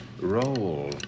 Roll